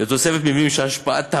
בנוגע לתוספת מבנים שהשפעתם